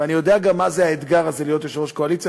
ואני יודע גם מה זה האתגר הזה להיות יושב-ראש קואליציה,